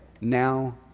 now